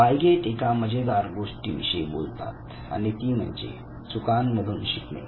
Piaget एका मजेदार गोष्टीविषयी बोलतात आणि ती म्हणजे चुकांमधून शिकणे